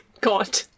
God